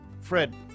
Fred